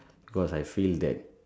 cause I feel that